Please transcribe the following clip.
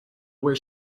where